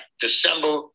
December